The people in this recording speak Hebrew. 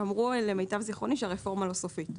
למיטב זיכרוני הם אמרו שהרפורמה לא סופית.